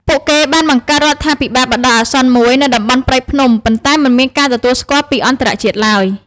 ពួកគេបានបង្កើតរដ្ឋាភិបាលបណ្ដោះអាសន្នមួយនៅតំបន់ព្រៃភ្នំ ប៉ុន្តែមិនមានការទទួលស្គាល់ពីអន្តរជាតិឡើយ។